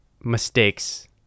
mistakes